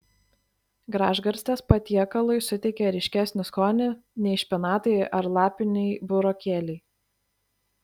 gražgarstės patiekalui suteikia ryškesnį skonį nei špinatai ar lapiniai burokėliai